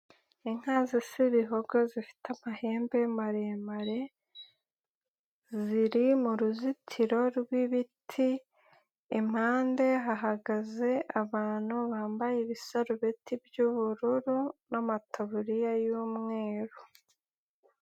Inka zisa ibihogo zifite amahembe maremare, ziri mu ruzitiro rw'ibiti, impande hahagaze abantu bambaye ibisarubeti by'ubururu n'amataburiya y'umweru.